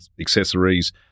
accessories